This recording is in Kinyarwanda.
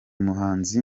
muhanzi